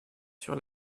sur